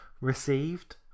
received